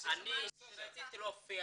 אני כשרציתי להופיע